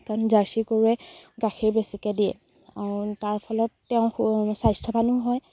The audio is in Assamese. কাৰণ জাৰ্চী গৰুৱে গাখীৰ বেছিকে দিয়ে তাৰ ফলত তেওঁ স্বাস্থ্যবানো হয়